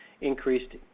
increased